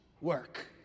work